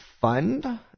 fund